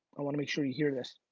i wanna make sure you hear this.